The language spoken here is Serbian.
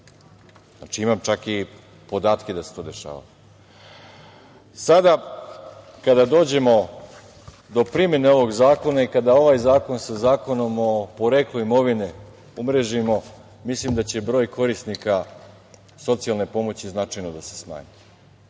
imam čak i podatke da se to dešavalo. Sada kada dođemo do primene ovog zakona i kada ovaj zakon sa Zakonom o poreklu imovine umrežimo, mislim da će broj korisnika socijalne pomoći značajno da se smanji. Još